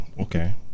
okay